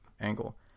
angle